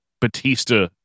Batista